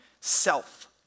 Self